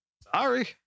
Sorry